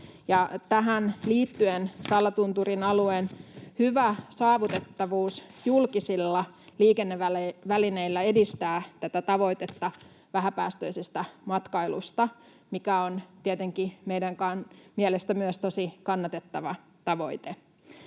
Tähän liittyen Sallatunturin alueen hyvä saavutettavuus julkisilla liikennevälineillä edistää tavoitetta vähäpäästöisestä matkailusta, mikä on tietenkin meidän mielestämme myös tosi kannatettava tavoite.